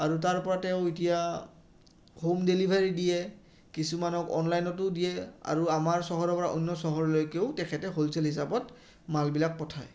আৰু তাৰপৰা তেওঁ এতিয়া হোম ডেলিভাৰী দিয়ে কিছুমানক অনলাইনতো দিয়ে আৰু আমাৰ চহৰৰ পৰা অন্য চহৰলৈকেও তেখেতে হ'লচেল হিচাপত মালবিলাক পঠায়